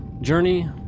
journey